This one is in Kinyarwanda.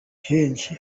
henshi